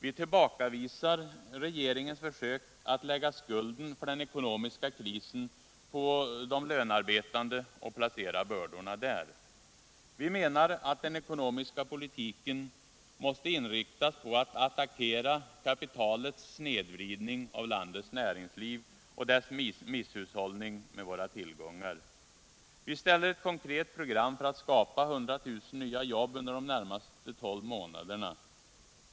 Vi tillbakavisar regeringens försök att lägga skulden för den ekonomiska krisen på de lönarbetande och placera bördorna där. Vi menar att den ekonomiska politiken måste inriktas på att attackera kapitalets snedvridning av landets näringsliv och dess misshushållning med landets tillgångar. Vi ställer ett konkret program för att skapa 100 000 nya jobb under de närmaste tolv månaderna.